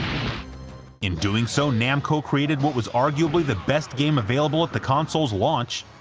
in doing so namco created what was arguably the best game available at the console's launch,